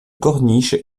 corniche